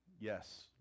yes